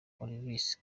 olvis